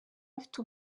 afite